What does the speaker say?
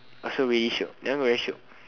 also really shiok that one very shiok